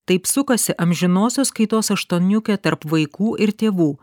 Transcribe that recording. taip sukasi amžinosios kaitos aštuoniukė tarp vaikų ir tėvų